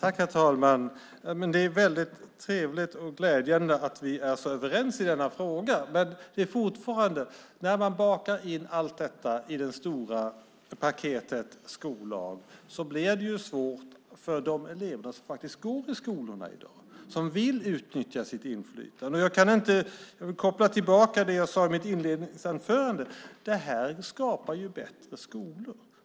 Herr talman! Det är väldigt trevligt och glädjande att vi är så överens i denna fråga. Men när man bakar in allt detta i det stora paketet skollagen blir det svårt för de elever som faktiskt går i skolorna i dag och som vill utnyttja sitt inflytande. Som jag sade i mitt inledningsanförande skapar detta bättre skolor.